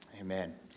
Amen